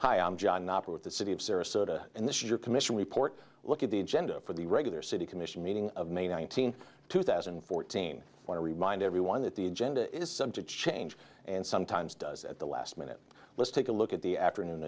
hi i'm john knopper with the city of sarasota and this your commission report look at the agenda for the regular city commission meeting of may nineteenth two thousand and fourteen want to remind everyone that the agenda is some to change and sometimes does at the last minute let's take a look at the afternoon